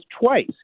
twice